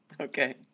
Okay